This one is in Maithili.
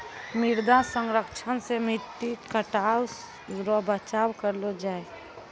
मृदा संरक्षण से मट्टी कटाव रो बचाव करलो जाय